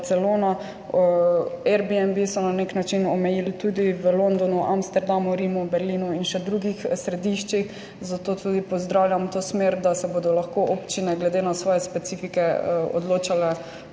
Airbnb so na nek način omejili tudi v Londonu, Amsterdamu, Rimu, Berlinu in še drugih središčih. Zato tudi pozdravljam to smer, da se bodo lahko občine glede na svoje specifike odločale, kako